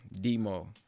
Demo